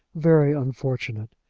very unfortunate.